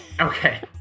Okay